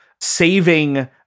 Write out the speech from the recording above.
saving